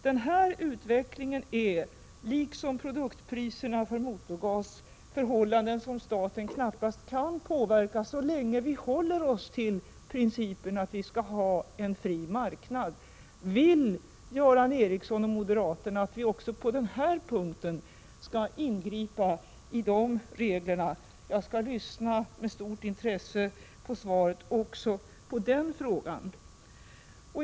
Detta är, liksom produktpriserna för motorgas, något som staten knappast kan påverka så länge vi håller oss till principen om en fri marknad. Vill Göran Ericsson och moderaterna att vi också på denna punkt skall ingripa i reglerna? Jag skall med stort intresse lyssna på svaret även på den frågan.